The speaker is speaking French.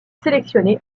sélectionné